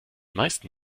meisten